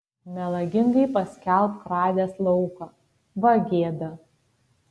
melagingai paskelbk radęs lauką va gėda